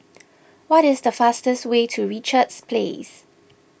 what is the fastest way to Richards Place